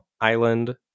Island